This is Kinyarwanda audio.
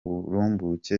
burumbuke